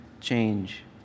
change